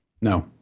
No